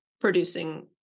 producing